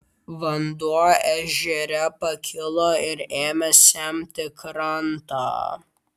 vanduo ežere pakilo ir ėmė semti krantą